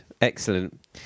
excellent